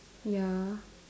ya